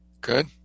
Good